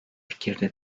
fikirde